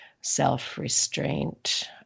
self-restraint